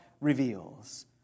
reveals